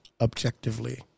objectively